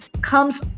comes